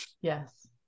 Yes